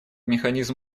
механизм